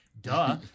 duh